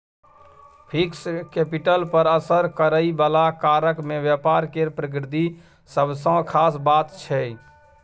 fixed capital पर असर करइ बला कारक मे व्यापार केर प्रकृति सबसँ खास बात छै